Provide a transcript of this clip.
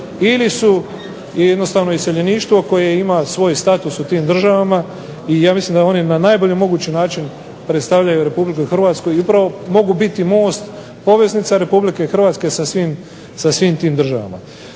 ili su jednostavno iseljeništvo koje ima svoj status u tim državama i ja mislim da oni na najbolji mogući način predstavljaju RH i upravo mogu biti most poveznica RH sa svim tim državama.